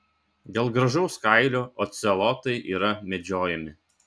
dėl gražaus kailio ocelotai yra medžiojami